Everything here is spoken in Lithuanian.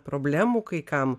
problemų kai kam